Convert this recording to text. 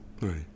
Right